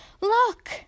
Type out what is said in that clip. Look